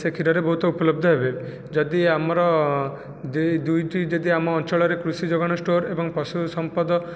ସେ କ୍ଷୀରରେ ବହୁତ ଉପଲବ୍ଧ ହେବେ ଯଦି ଆମର ଦୁଇଟି ଯଦି ଆମ ଅଞ୍ଚଳରେ କୃଷି ଯୋଗାଣ ଷ୍ଟୋର୍ ଏବଂ ପଶୁ ସମ୍ପଦ